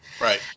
Right